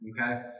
okay